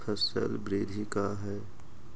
फसल वृद्धि का है?